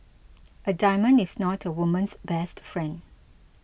a diamond is not a woman's best friend